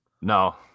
No